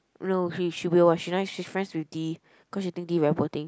no she she will ah she nice she's friends with D cause she think D very poor thing